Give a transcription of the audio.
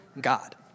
God